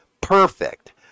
perfect